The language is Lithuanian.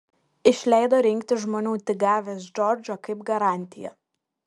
išleido rinkti žmonių tik gavęs džordžą kaip garantiją